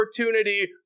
opportunity